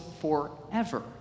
forever